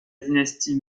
dynastie